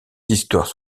histoires